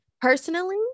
personally